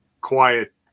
quiet